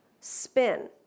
spin